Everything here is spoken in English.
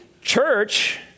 church